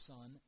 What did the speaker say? Son